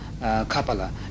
kapala